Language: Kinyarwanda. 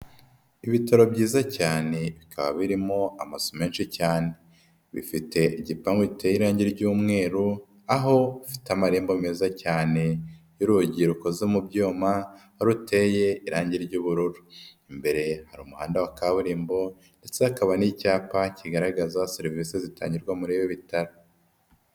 Ibitaro byiza cyane bikaba birimo amazu menshi cyane, bifite igipangu giteye irangi ry'umweru aho bifite amarembo meza cyane y'urugi rukoze mu byuma, ruteye irange ry'ubururu, imbere hari umuhanda wa kaburimbo ndetse hakaba n'icyapa kigaragaza serivisi zitangirwa muri ibi bitaro.